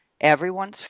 everyone's